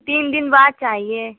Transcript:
تین دن بعد چاہیے